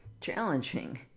challenging